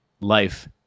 life